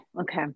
okay